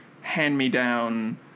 hand-me-down